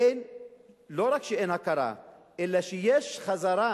לא רק שאין הכרה אלא שיש חזרה,